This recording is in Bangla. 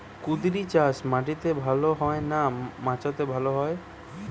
কুঁদরি চাষ মাটিতে ভালো হয় না মাচাতে ভালো হয়?